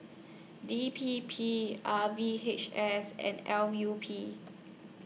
D P P R V H S and L U P